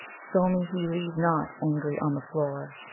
so me he leave not, angry, on the floor